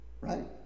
right